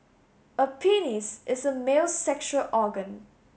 a penis is a male's sexual organ